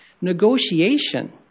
negotiation